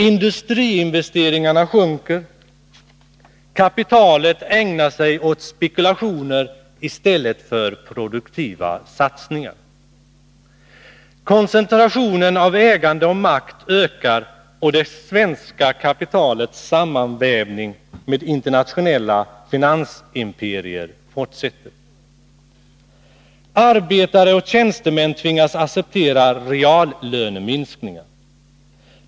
Industriinvesteringarna sjunker. Kapitalet ägnar sig åt spekulationer i stället för produktiva satsningar. Koncentrationen av ägande och makt ökar, och det svenska kapitalets sammanvävning med internationella finansimperier fortsätter. Arbetare och tjänstemän tvingas acceptera reallöneminskningar.